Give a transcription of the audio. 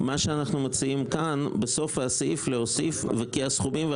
מה שאנחנו מציעים כאן הוא בסוף הסעיף להוסיף: "וכי הסכומים או